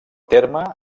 terme